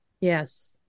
Yes